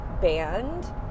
band